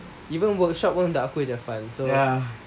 even workshop takpe sia fun so